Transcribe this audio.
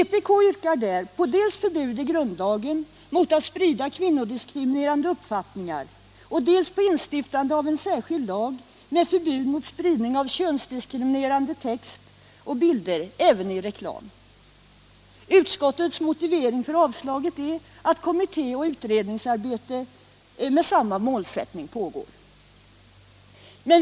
Vpk yrkar där på dels förbud i grundlagen mot att sprida kvinnodiskriminerande uppfattningar, dels instiftande av en särskild lag med förbud mot spridning av könsdiskriminerande text och bilder, även i reklam. Utskottets motivering för avslaget är att kommitté och utredningsarbete med samma målsättning pågår.